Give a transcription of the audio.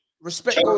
respect